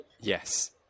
yes